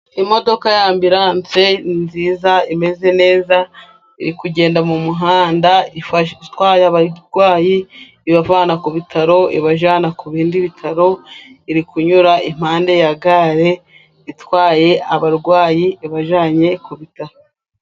Imodoka y'ambulanse nziza imeze neza iri kugenda mu muhanda itwaye abarwayi, ibavana ku bitaro ibajyana ku bindi bitaro, iri kunyura impande ya gare itwaye abarwayi ibajyanye ku bitaro.